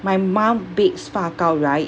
my mum bakes 发糕 right